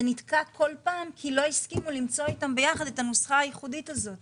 זה נתקע כל פעם כי לא הסכימו למצוא איתם יחד את הנוסחה הייחודית הזאת